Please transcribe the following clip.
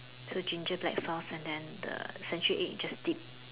to the ginger black sauce and then the century egg just dip